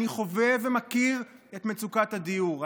אני חווה ומכיר את מצוקת הדיור.